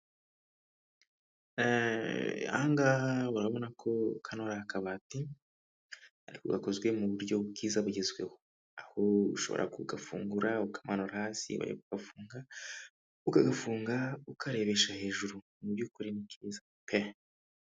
Ahangaha urabona ko kano ari akabati, ariko gakozwe mu buryo bwiza bugezweho. Aho ushobora kugafungura ukamanura hasi, ukongera ukagafunga ukarebesha hejuru, mu by'ukuri ni byiza pe!